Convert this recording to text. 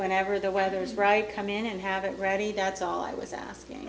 whenever the weather is right come in and have it ready that's all i was asking